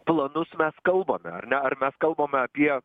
planus mes kalbame ar ne ar mes kalbame apie